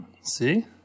See